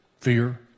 fear